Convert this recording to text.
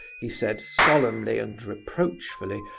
he said, solemnly and reproachfully,